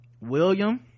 William